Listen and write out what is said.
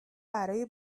برای